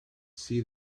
see